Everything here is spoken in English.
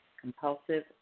compulsive